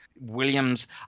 Williams